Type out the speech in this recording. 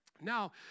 Now